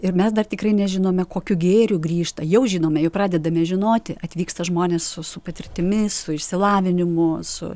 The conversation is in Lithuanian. ir mes dar tikrai nežinome kokiu gėriu grįžta jau žinome jau pradedame žinoti atvyksta žmonės su su patirtimi su išsilavinimu su